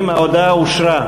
ההודעה אושרה.